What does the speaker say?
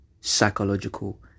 psychological